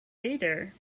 either